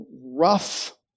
rough